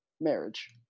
marriage